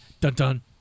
Dun-dun